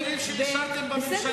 בחוק ההסדרים שאישרתם בממשלה.